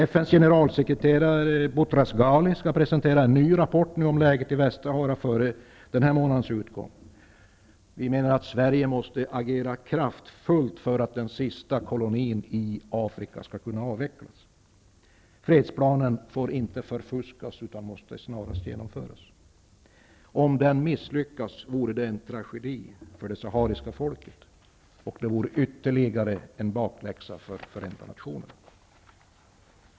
FN:s generalsekreterare Butros Ghali skall presentera en ny rapport om läget i Västsahara före denna månads utgång. Vi menar att Sverige måste agera kraftfullt, så att den sista kolonin i Afrika kan avvecklas. Fredsplanen får inte förfuskas utan måste snarast genomföras. Om den misslyckas vore det en tragedi för det sahariska folket, och det vore ytterligare en bakläxa för Förenta nationerna.